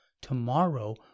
tomorrow